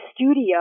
studio